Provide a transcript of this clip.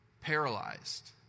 paralyzed